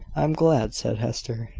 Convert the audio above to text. i am glad, said hester.